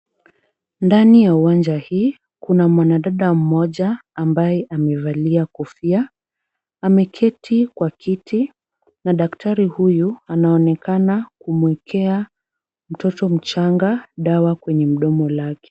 Ndani ya uwanja hii, kuna mwanadada mmoja ambaye amevalia kofia. Ameketi kwa kiti na daktari huyu anaonekana kumuekea mtoto mchanga dawa kwenye mdomo lake.